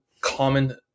common